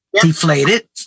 deflated